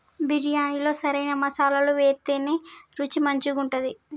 బిర్యాణిలో సరైన మసాలాలు వేత్తేనే రుచి మంచిగుంటది